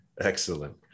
Excellent